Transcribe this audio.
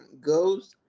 goes